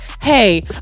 hey